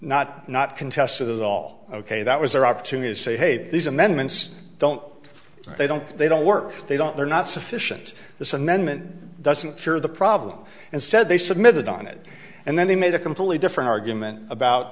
not not contested as all ok that was their opportunity to say hey these amendments don't they don't they don't work they don't they're not sufficient this amendment doesn't cure the problem and said they submitted on it and then they made a completely different argument about